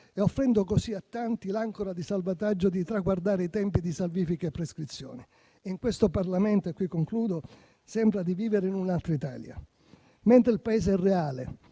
e offrendo così a tanti l'ancora di salvataggio di traguardare i tempi di salvifiche prescrizioni. In questo Parlamento - e qui concludo - sembra di vivere in un'altra Italia. Mentre il Paese reale